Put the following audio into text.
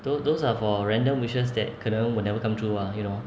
tho~ those are for random wishes that 可能 will never come true [one] 而已 orh